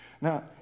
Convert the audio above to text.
Now